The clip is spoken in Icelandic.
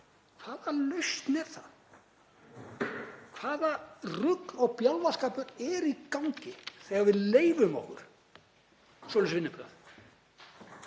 Hvaða lausn er það? Hvaða rugl og bjálfaskapur er í gangi þegar við leyfum okkur svoleiðis vinnubrögð?